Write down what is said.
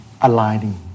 aligning